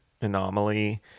anomaly